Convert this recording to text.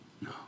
No